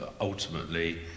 ultimately